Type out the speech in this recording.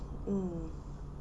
mm